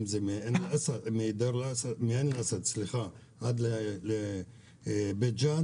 מעין אסעד לבית ג'ן